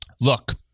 Look